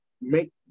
make